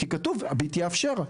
כי כתוב ""ביט" יאפשר".